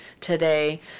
today